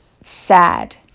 sad